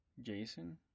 Jason